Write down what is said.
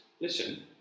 Listen